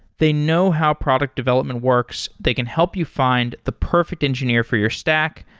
they know how product development works. they can help you find the perfect engineer for your stack,